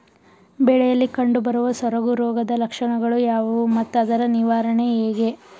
ಬೆಳೆಯಲ್ಲಿ ಕಂಡುಬರುವ ಸೊರಗು ರೋಗದ ಲಕ್ಷಣಗಳು ಯಾವುವು ಮತ್ತು ಅದರ ನಿವಾರಣೆ ಹೇಗೆ?